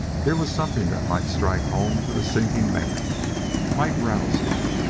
here was something that might strike home to the sinking man might rouse him.